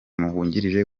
wungirije